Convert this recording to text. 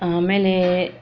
ಆಮೇಲೆ